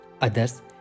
Others